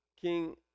King